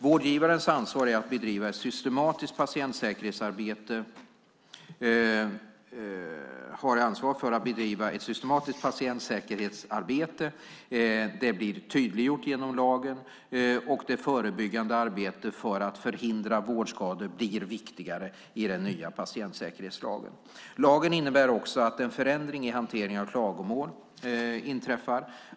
Vårdgivarens ansvar att bedriva ett systematiskt patientsäkerhetsarbete blir större och tydligare, och det förebyggande arbetet för att förhindra vårdskador blir viktigare i den nya patientsäkerhetslagen. Lagen innebär också en förändring i hanteringen av klagomål mot vården.